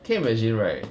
can you imagine right